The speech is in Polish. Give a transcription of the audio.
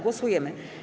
Głosujemy.